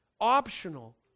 optional